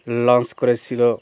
launch করেছিলো